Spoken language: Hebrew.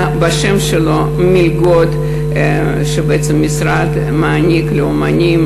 על שמו נותנים מלגות של המשרד לאמנים,